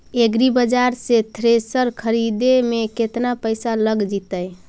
एग्रिबाजार से थ्रेसर खरिदे में केतना पैसा लग जितै?